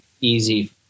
easy